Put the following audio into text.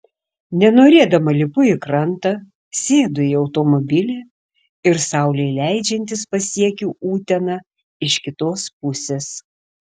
nenorėdama lipu į krantą sėdu į automobilį ir saulei leidžiantis pasiekiu uteną iš kitos pusės